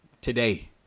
Today